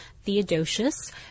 theodosius